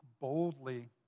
boldly